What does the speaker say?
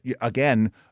again